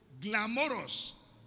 glamorous